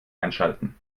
einschalten